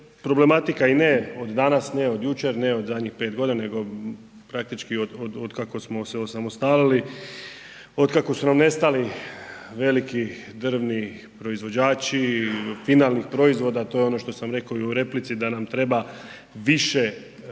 problematika i ne od danas, ne od jučer, ne od zadnjih 5 godina nego praktički od kako smo se osamostalili, od kako su nam nestali veliki drvni proizvođači finalnih proizvoda, a to je ono što sam rekao i u replici da nam treba više finalnog